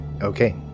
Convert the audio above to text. Okay